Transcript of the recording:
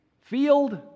field